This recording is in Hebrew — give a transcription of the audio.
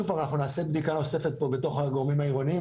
ונעשה בדיקה נוספת בתוך הגורמים העירוניים,